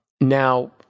Now